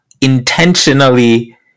intentionally